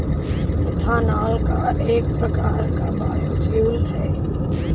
ethanol एक प्रकार का बायोफ्यूल है